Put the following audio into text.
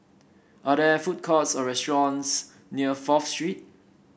are there food courts or restaurants near Fourth Street